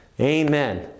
Amen